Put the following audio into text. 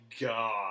god